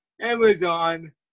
amazon